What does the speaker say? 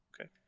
Okay